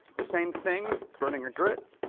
same thing, burning a grit